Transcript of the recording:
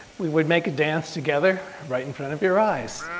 we would make a dance together right in front of your eyes.